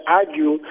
argue